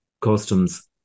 customs